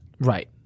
Right